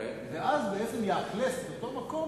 ואז בעצם יאכלס את אותו מקום,